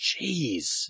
Jeez